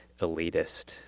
elitist